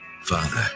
Father